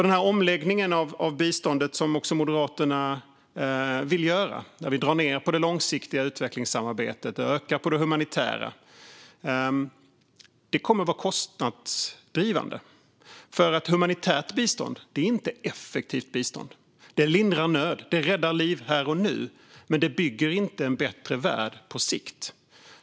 Den här omläggningen av biståndet som också Moderaterna vill göra, där vi drar ned på det långsiktiga utvecklingssamarbetet och ökar på det humanitära, kommer att vara kostnadsdrivande, för humanitärt bistånd är inte effektivt bistånd. Det lindrar nöd och räddar liv här och nu, men det bygger inte en bättre värld på sikt.